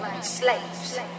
slaves